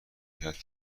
شرکت